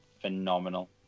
phenomenal